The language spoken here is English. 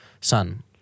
Son